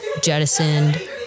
jettisoned